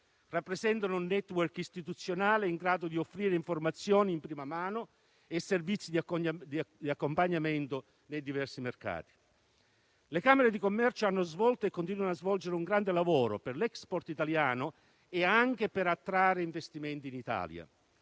rappresentano un *network* istituzionale in grado di offrire informazioni di prima mano e servizi di accompagnamento nei diversi mercati e hanno svolto e continuano a svolgere un grande lavoro per l'*export* italiano e per attrarre investimenti in Italia.